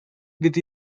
with